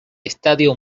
estadio